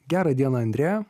gerą dieną andreja